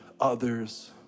others